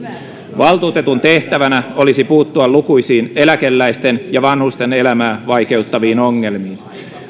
valtuutetun tehtävänä olisi puuttua lukuisiin eläkeläisten ja vanhusten elämää vaikeuttaviin ongelmiin